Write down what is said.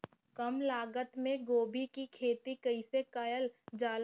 कम लागत मे गोभी की खेती कइसे कइल जाला?